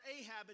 Ahab